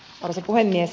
arvoisa puhemies